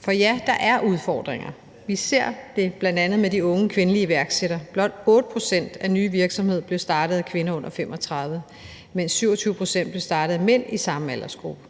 For, ja, der er udfordringer; vi ser det bl.a. med de unge kvindelige iværksættere. Blot 8 pct. af nye virksomheder blev startet af kvinder under 35 år, mens 27 pct. blev startet af mænd i samme aldersgruppe.